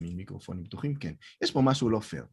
עם מיקרופונים פתוחים, כן, יש פה משהו לא פייר.